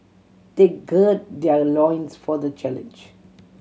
they gird their loins for the challenge